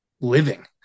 living